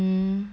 mmhmm